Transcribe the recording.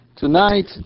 Tonight